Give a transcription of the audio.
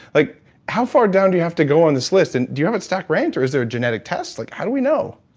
like how far down do you have to go on this list? and do you have it stack rank, or is there a genetic test? like how do we know?